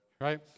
Right